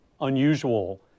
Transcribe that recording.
unusual